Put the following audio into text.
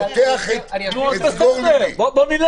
אני פותח את סגור ליבי.